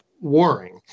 warring